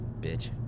Bitch